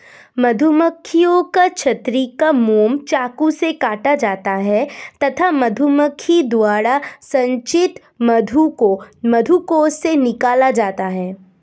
मधुमक्खियों के छत्ते का मोम चाकू से काटा जाता है तथा मधुमक्खी द्वारा संचित मधु को मधुकोश से निकाला जाता है